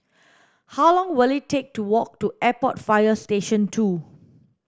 how long will it take to walk to Airport Fire Station two